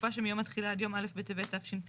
בתקופה שמיום התחילה עד יום א' בטבת תשפ"ה,